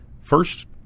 First